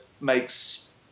makes